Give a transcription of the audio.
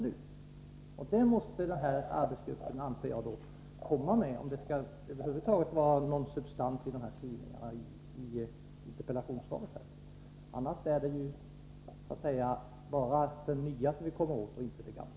Ett förslag om en sådan tidpunkt anser jag att denna arbetsgrupp måste lägga fram om det över huvud taget skall vara någon substans i skrivningarna i interpellationssvaret. Annars är det bara de nya anläggningarna vi kommer åt och inte de gamla.